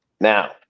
Now